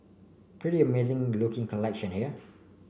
pretty amazing looking collection here